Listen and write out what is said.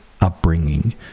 upbringing